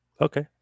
okay